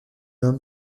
homme